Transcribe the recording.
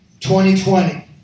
2020